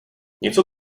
něco